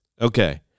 Okay